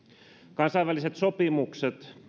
kansainväliset sopimukset